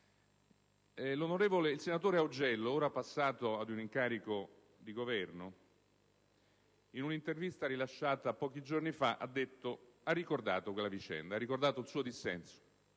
Il senatore Augello, ora passato ad un incarico di Governo, in un'intervista rilasciata pochi giorni fa ha ricordato quella vicenda e il suo dissenso;